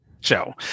show